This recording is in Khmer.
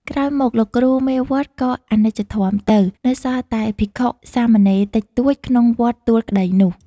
ក្រោយមក លោកគ្រូមេវត្តក៏អនិច្ចធម្មទៅ នៅសល់តែភិក្ខុសាមណេរតិចតួចក្នុងវត្តទួលក្ដីនោះ ។